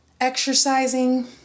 exercising